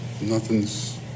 nothing's